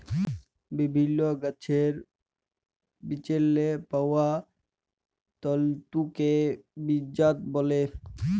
বিভিল্ল্য গাহাচের বিচেল্লে পাউয়া তল্তুকে বীজজাত ব্যলে